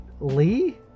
Lee